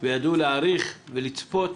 וידעו להעריך ולצפות